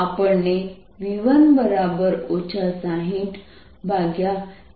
આપણને V1 6021R10 મળે છે